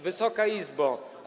Wysoka Izbo!